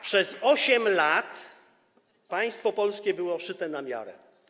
Przez 8 lat państwo polskie było szyte na miarę.